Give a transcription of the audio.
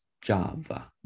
Java